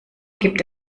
gibt